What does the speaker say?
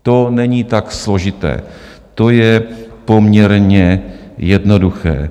To není tak složité, to je poměrně jednoduché.